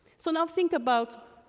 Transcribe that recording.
so now think about,